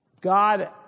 God